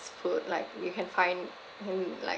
these food like you can find in like